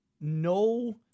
no